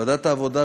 ועדת העבודה,